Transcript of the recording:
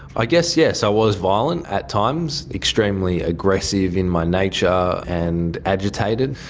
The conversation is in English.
i guess, yes, i was violent at times, extremely aggressive in my nature and agitated,